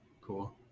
Cool